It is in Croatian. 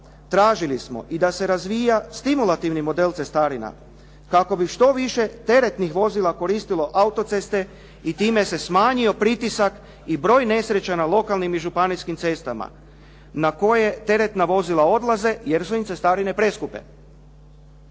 tražili smo i da se razvija stimulativni model cestarina, kako bi što više teretnih vozila koristilo autoceste i time se smanjio pritisak i broj nesreća na lokalnim i županijskim cestama na koje teretna vozila odlaze jer su im cestarine preskupe.